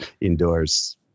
indoors